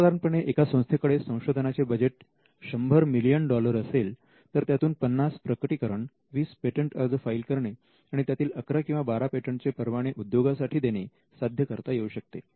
सर्वसाधारणपणे एका संस्थेकडे संशोधनाचे बजेट 100 मिलियन डॉलर असेल तर त्यातून पन्नास प्रकटीकरण वीस पेटंट अर्ज फाईल करणे आणि त्यातील अकरा किंवा बारा पेटंटचे परवाने उद्योगांसाठी देणे साध्य करता येऊ शकते